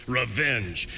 revenge